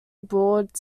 abroad